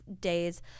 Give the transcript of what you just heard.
days